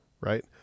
right